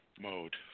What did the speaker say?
mode